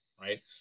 right